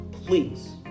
Please